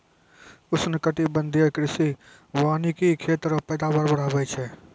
उष्णकटिबंधीय कृषि वानिकी खेत रो पैदावार बढ़ाबै छै